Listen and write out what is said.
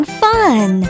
fun